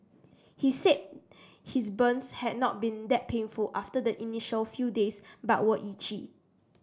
he said his burns had not been that painful after the initial few days but were itchy